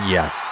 Yes